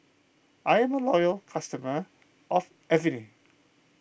I am a loyal customer of Avene